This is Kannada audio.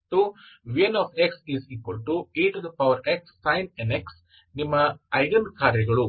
ಮತ್ತು nxexsin nx ನಿಮ್ಮ ಐಗನ್ ಕಾರ್ಯಗಳು